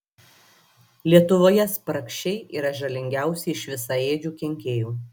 lietuvoje spragšiai yra žalingiausi iš visaėdžių kenkėjų